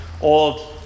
Old